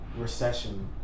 recession